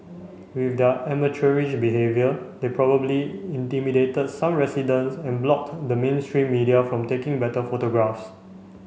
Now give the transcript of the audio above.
with their amateurish behaviour they probably intimidated some residents and blocked the mainstream media from taking better photographs